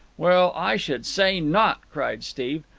well, i should say not! cried steve.